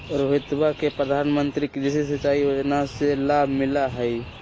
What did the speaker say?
रोहितवा के प्रधानमंत्री कृषि सिंचाई योजना से लाभ मिला हई